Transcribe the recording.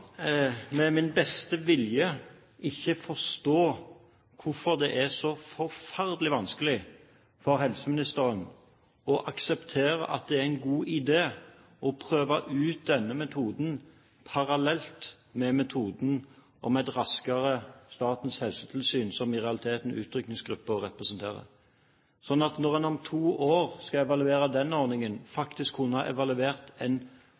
med min beste vilje forstå hvorfor det er så forferdelig vanskelig for helseministeren å akseptere at det er en god idé å prøve ut denne metoden parallelt med metoden om et raskere Statens helsetilsyn, som i realiteten utrykningsgruppen representerer, slik at en, når en om to år skal evaluere den ordningen, faktisk kunne evaluert en